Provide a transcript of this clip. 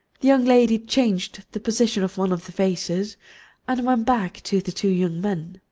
the young lady changed the position of one of the vases and went back to the two young men.